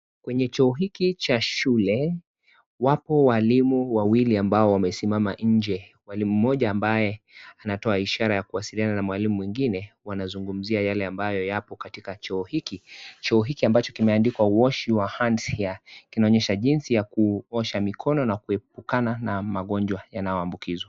Kwenye choo hiki cha shule, wapo walimu wawili ambao wamesimama nje. Mwalimu mmoja ambaye anatoa ishara ya kuwasiliana na mwalimu mwengine wanazungumzia yale ambayo yapo katika choo hiki. Choo hiki ambacho kimeandikwa Wash your hands here kinaonyesha jinsi ya kunawa mikono na kuepukana na magonjwa yanayoambukizwa.